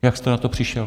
Jak jste na to přišel?